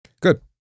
Good